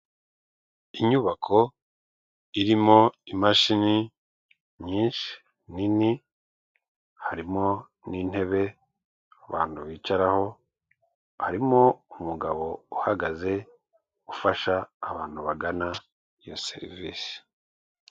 Inyubako irimo imashini nyinshi nini harimo n'intebe abantu bicaraho harimo umugabo uhagaze ufasha abantu bagana iyo serivisi.